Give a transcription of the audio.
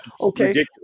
Okay